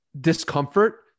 discomfort